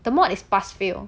the mod is pass fail